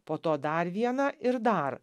po to dar vieną ir dar